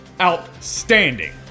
outstanding